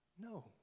No